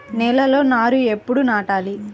నేలలో నారు ఎప్పుడు నాటాలి?